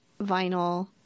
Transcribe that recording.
vinyl